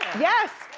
yes,